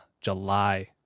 july